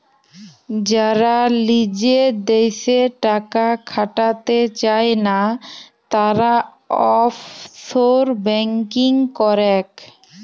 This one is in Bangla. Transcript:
যারা লিজের দ্যাশে টাকা খাটাতে চায়না, তারা অফশোর ব্যাঙ্কিং করেক